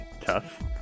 tough